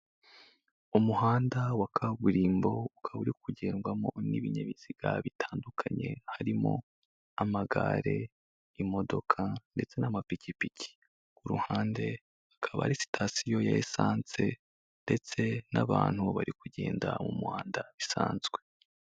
Umuhanda wa kaburimbo, ukaba uri kugendwamo n'ibinyabiziga bitandukanye, harimo amagare imodoka ndetse n'amapikipiki ku ruhande, hakaba hari sitasiyo ya lisansi ndetse n'abantu bari kugenda mu muhanda bisanzwe.